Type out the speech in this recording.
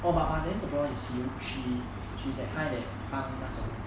oh but but then the problem is she she she's the kind that 帮那种 leh